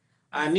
אותו.